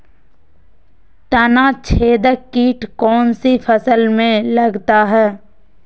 तनाछेदक किट कौन सी फसल में लगता है?